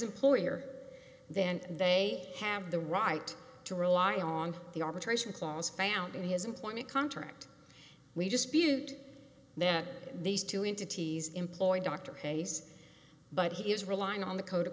employer then they have the right to rely on the arbitration clause found in his employment contract we just viewed that these two entities employ dr hayes but he is relying on the code of